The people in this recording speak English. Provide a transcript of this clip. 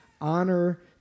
honor